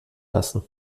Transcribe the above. lassen